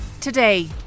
Today